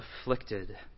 afflicted